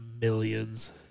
millions